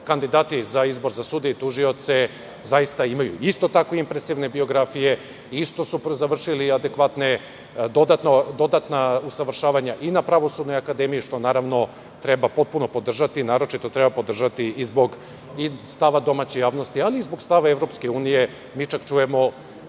kandidatiza izbor za sudije i tužioce zaista imaju isto tako impresivne biografije i što su završili adekvatna dodatna usavršavanja i na Pravosudnoj akademiji. Sve to treba potpuno podržati, a naročito treba podržati i zbog stava domaće javnosti ali i stava EU. U razgovorima